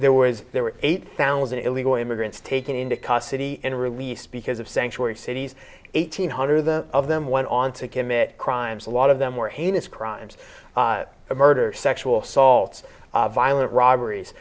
there was there were eight thousand illegal immigrants taken into custody and released because of sanctuary cities eight hundred of the of them went on to commit crimes a lot of them were heinous crimes of murder or sexual assaults violent robberies